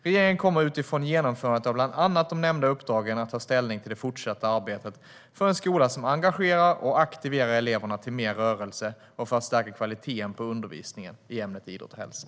Regeringen kommer utifrån genomförandet av bland annat de nämnda uppdragen att ta ställning till det fortsatta arbetet för en skola som engagerar och aktiverar eleverna till mer rörelse och för att stärka kvaliteten på undervisningen i ämnet idrott och hälsa.